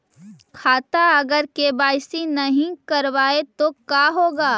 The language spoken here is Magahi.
खाता अगर के.वाई.सी नही करबाए तो का होगा?